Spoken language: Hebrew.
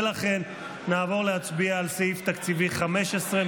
ולכן נעבור להצביע על סעיף תקציבי 15,